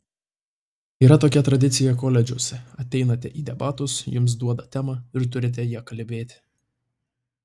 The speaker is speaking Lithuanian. yra tokia tradicija koledžuose ateinate į debatus jums duoda temą ir turite ja kalbėti